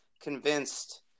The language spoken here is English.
convinced